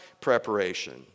preparation